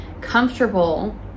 comfortable